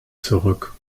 zurück